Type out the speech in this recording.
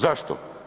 Zašto?